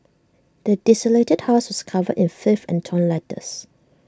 the desolated house was covered in filth and torn letters